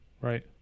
Right